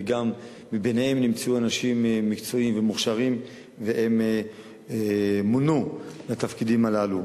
וגם ביניהם נמצאו אנשים מקצועיים ומוכשרים והם מונו לתפקידים הללו.